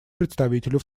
представителю